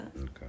Okay